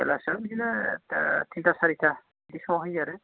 बेलासियाव बिदिनो तिन्टा सारिता बे समाव होयो आरो